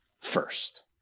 first